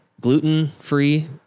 gluten-free